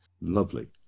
Lovely